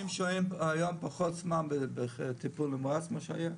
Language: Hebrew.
האנשים שוהים היום פחות זמן בחדר טיפול נמרץ ממה שהיה.